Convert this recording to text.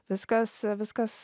viskas viskas